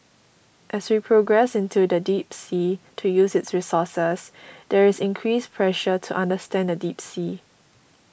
as we progress into the deep sea to use its resources there is increased pressure to understand the deep sea